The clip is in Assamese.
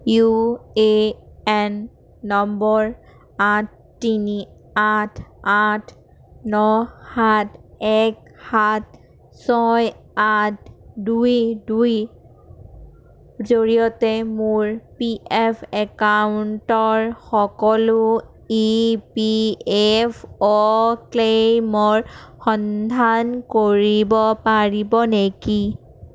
ইউ এ এন নম্বৰ আঠ তিনি আঠ আঠ ন সাত এক সাত ছয় আঠ দুই দুইৰ জৰিয়তে মোৰ পি এফ একাউণ্টৰ সকলো ই পি এফ অ' ক্লেইমৰ সন্ধান কৰিব পাৰিব নেকি